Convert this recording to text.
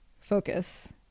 focus